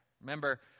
Remember